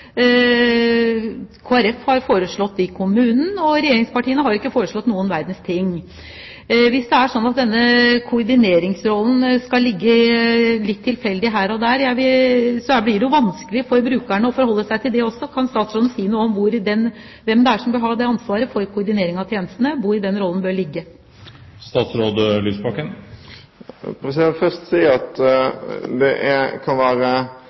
har foreslått at det bør ligge i kommunen, og regjeringspartiene har ikke foreslått noen verdens ting. Hvis det er slik at denne koordineringsrollen skal ligge litt tilfeldig her og der, blir det jo vanskelig for brukerne å forholde seg til det også. Kan statsråden si noe om hvem det er som bør ha ansvaret for koordinering av tjenestene? Hvor bør den rollen ligge? Først vil jeg si at det kan være